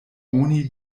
oni